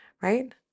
Right